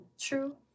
true